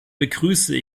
begrüße